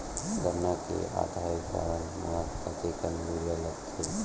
गन्ना के आधा एकड़ म कतेकन यूरिया लगथे?